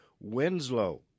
Winslow